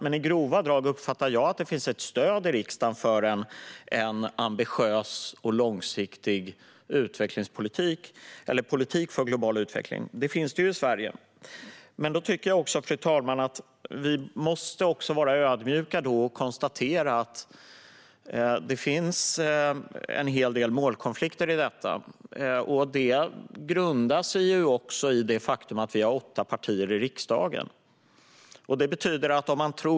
I grova drag uppfattar jag att det finns ett stöd i riksdagen för en ambitiös och långsiktig politik för global utveckling. Jag tycker dock att vi måste vara ödmjuka och se att det också finns en hel del målkonflikter här. De grundar sig också i det faktum att vi är åtta partier i riksdagen.